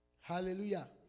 Hallelujah